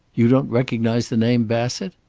you don't recognize the name bassett?